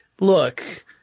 look